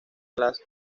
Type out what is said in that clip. las